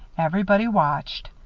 everybody watched.